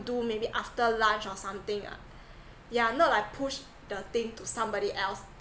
do maybe after lunch or something ah yeah not like push the thing to somebody else